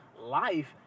life